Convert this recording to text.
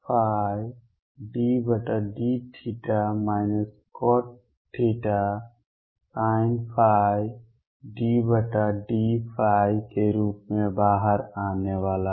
Ly icosϕ∂θ cotθsinϕ∂ϕ के रूप में बाहर आने वाला है